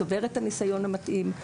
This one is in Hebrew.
צובר את הניסיון המתאים,